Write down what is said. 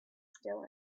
still